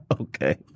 okay